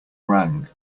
rang